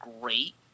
great